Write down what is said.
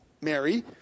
Mary